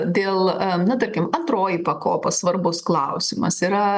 dėl na tarkim antroji pakopa svarbus klausimas yra